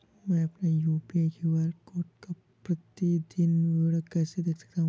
मैं अपनी UPI QR code का प्रतीदीन विवरण कैसे देख सकता हूँ?